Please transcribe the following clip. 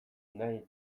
nahi